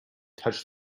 touched